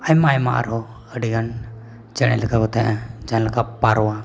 ᱟᱭᱢᱟᱼᱟᱭᱢᱟ ᱟᱨᱦᱚᱸ ᱟᱹᱰᱤᱜᱟᱱ ᱪᱮᱬᱮ ᱞᱮᱠᱟ ᱠᱚ ᱛᱟᱦᱮᱸᱫ ᱡᱟᱦᱟᱸᱞᱮᱠᱟ ᱯᱟᱣᱨᱟ